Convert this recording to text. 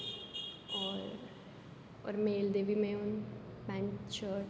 और और मेल दी बी में हून पैंट